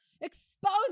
expose